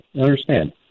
understand